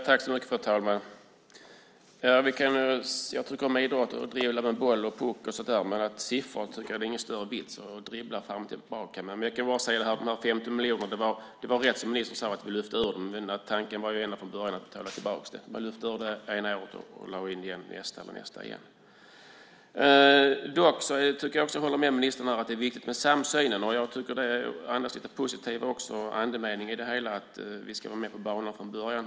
Fru talman! Jag tycker om idrott och att dribbla med boll och puck, men siffror tycker jag inte är någon större vits att dribbla fram och tillbaka med. Om de 15 miljonerna kan jag bara säga att det var rätt som ministern sade, att vi lyfte ur dem, men tanken var ändå från början att betala tillbaka dem. Man lyfte ur dem ena året och lade in dem nästa år eller nästa igen. Jag kan också hålla med ministern om att det är viktigt med samsynen, och jag tycker att det andas lite positiv andemening i att vi ska vara med på banan från början.